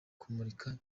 kumurika